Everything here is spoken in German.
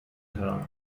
hören